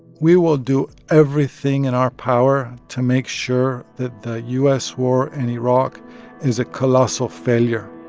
we will do everything in our power to make sure that the u s. war in iraq is a colossal failure